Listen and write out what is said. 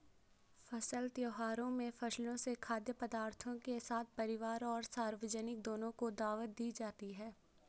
फसल त्योहारों में फसलों से खाद्य पदार्थों के साथ परिवार और सार्वजनिक दोनों को दावत दी जाती है